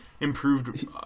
improved